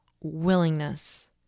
willingness